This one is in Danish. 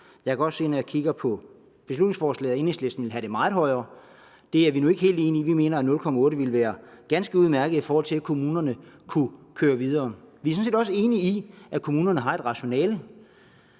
Jeg kan også se, når jeg kigger på beslutningsforslaget, at Enhedslisten vil have den meget højere. Det er vi nu ikke helt enige i, vi mener, at 0,8 pct. ville være ganske udmærket, i forhold til at kommunerne kunne køre videre. Vi er sådan set også enige i, at kommunerne har et rationale.